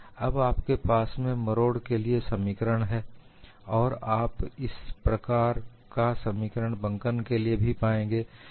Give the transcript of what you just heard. अब आपके पास में मरोड़ के लिए समीकरण है और आप इसी प्रकार का समीकरण बंकन के लिए भी पाएंगे